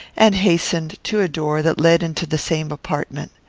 and hastened to a door that led into the same apartment.